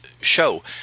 show